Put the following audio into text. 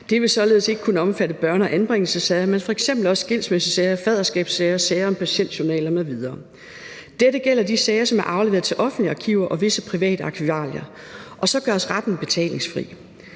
Det vil således ikke kun omfatte børne- og anbringelsessager, men f.eks. også skilsmissesager, faderskabssager, sager om patientjournaler m.v. Dette gælder de sager, som er afleveret til offentlige arkiver og visse private arkivalier. Og så gøres retten betalingsfri.